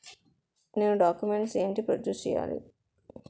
నేను డాక్యుమెంట్స్ ఏంటి ప్రొడ్యూస్ చెయ్యాలి?